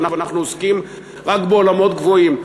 אנחנו עוסקים רק בעולמות גבוהים.